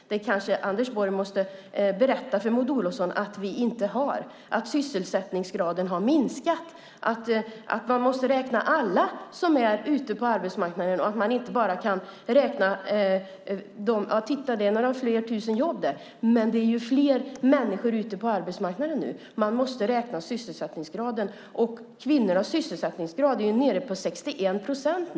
Anders Borg kanske måste berätta för Maud Olofsson att vi inte har det, att sysselsättningsgraden minskat, att man måste räkna in alla som är på arbetsmarknaden, inte bara säga att det finns några tusen fler jobb. Det finns fler människor ute på arbetsmarknaden. Man måste räkna på sysselsättningsgraden. Kvinnornas sysselsättningsgrad är nu nere på 61 procent.